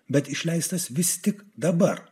bet išleistas vis tik dabar